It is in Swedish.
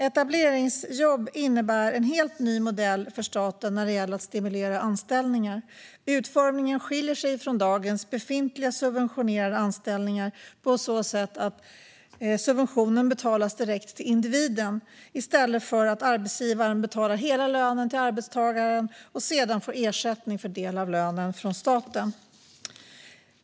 Etableringsjobb innebär en helt ny modell för staten när det gäller att stimulera anställningar. Utformningen skiljer sig från dagens befintliga subventionerade anställningar på så sätt att subventionen betalas direkt till individen i stället för att arbetsgivaren betalar hela lönen till arbetstagaren och sedan får ersättning för en del av lönen från staten.